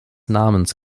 namens